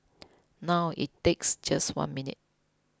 now it takes just one minute